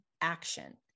action